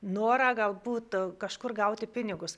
norą galbūt kažkur gauti pinigus